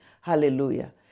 Hallelujah